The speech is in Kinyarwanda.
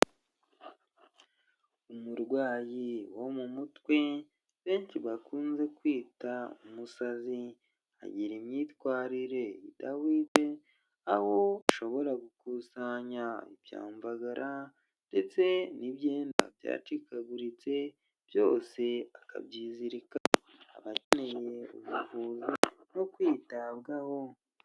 Umurwayi wo mu mutwe benshi bakunze kwita umusazi agira imyitwarire idahwitse aho ushobora gukusanya ibyamvagarara ndetse n'ibyenda byacikaguritse byose akabyizirika abakenye ubuvuzi no kwitabwaho.